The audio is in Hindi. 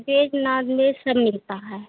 वेज नानवेज सब मिलता है